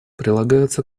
прилагаются